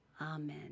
Amen